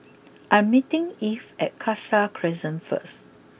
I'm meeting Eve at Khalsa Crescent first